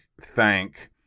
thank